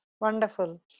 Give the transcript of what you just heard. wonderful